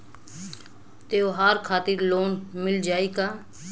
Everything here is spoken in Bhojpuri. त्योहार खातिर लोन मिल जाई का?